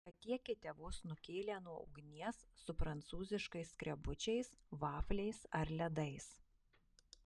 patiekite vos nukėlę nuo ugnies su prancūziškais skrebučiais vafliais ar ledais